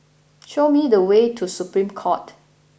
show me the way to Supreme Court